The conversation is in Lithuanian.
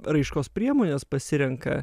raiškos priemones pasirenka